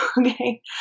okay